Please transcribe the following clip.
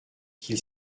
qu’il